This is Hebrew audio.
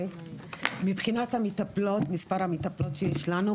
מבחינת המטפלות, מספר המטפלות שיש לנו.